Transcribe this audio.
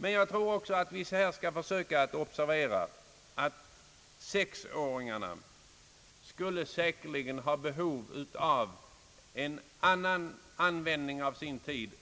Men jag tror att vi också skall observera att sexåringarna borde kunna handledas på annat sätt